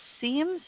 seems